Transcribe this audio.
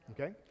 Okay